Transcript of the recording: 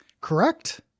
Correct